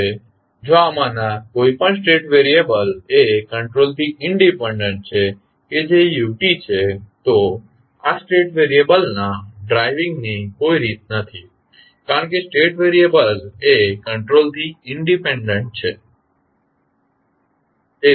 હવે જો આમાંના કોઈ પણ સ્ટેટ વેરિએબલ એ કંટ્રોલથી ઇન્ડિપેંડન્ટ છે કે જે u t છે તો આ સ્ટેટ વેરિએબલના ડ્રાઇવીંગ ની કોઈ રીત નથી કારણ કે સ્ટેટ વેરિએબલ એ કંટ્રોલથી ઇન્ડિપેંડન્ટ છે